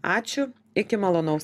ačiū iki malonaus